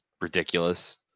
ridiculous